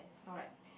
alright